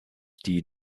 die